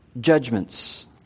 judgments